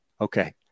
Okay